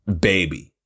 Baby